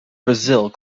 brazil